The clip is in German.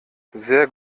sehr